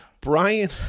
Brian